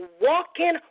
walking